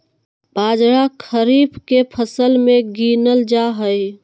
बाजरा खरीफ के फसल मे गीनल जा हइ